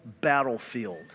battlefield